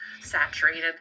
saturated